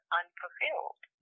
unfulfilled